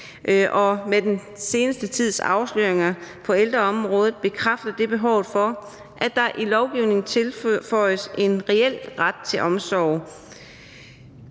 og den seneste tids afsløringer på ældreområdet bekræfter behovet for, at der i lovgivningen tilføjes en reel ret til omsorg.